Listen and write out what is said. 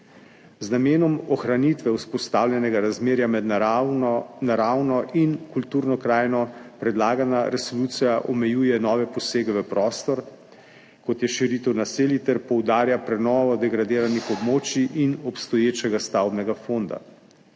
Z namenom ohranitve vzpostavljenega razmerja med naravno in kulturno krajino, predlagana resolucija omejuje nove posege v prostor, kot je širitev naselij, ter poudarja prenovo degradiranih območij in obstoječega stavbnega fonda.